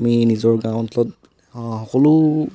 আমি নিজৰ গাঁও অঞ্চলত সকলো